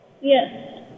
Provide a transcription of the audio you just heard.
Yes